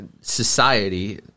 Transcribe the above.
society